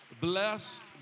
blessed